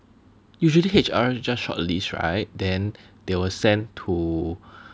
usually H_R just shortlist right then they will send to